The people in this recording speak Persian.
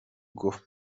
گفت